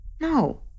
No